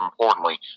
importantly